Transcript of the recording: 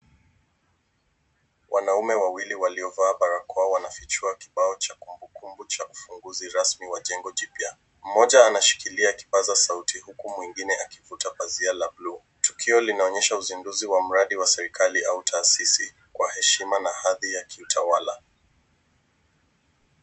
Wanaume wawili waliovaa barakoa wanafichua kibao cha kumbukumbu cha ufunguzi rasmi wa jengo jipya. Mmoja anashikilia kipaza sauti huku mwingine akivuta pazia la buluu. Tukio linaonyesha uzinduzi wa mradi wa serikali au taasisi kwa heshima na hadhi ya kiutawala.